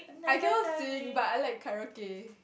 I cannot sing but I like karaoke